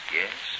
yes